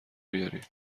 بیارین